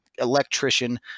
electrician